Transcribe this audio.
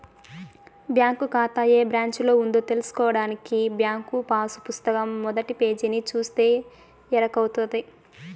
bank కాతా ఏ బ్రాంచిలో ఉందో తెల్సుకోడానికి బ్యాంకు పాసు పుస్తకం మొదటి పేజీని సూస్తే ఎరకవుతది